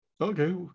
Okay